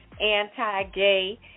anti-gay